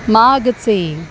मागचे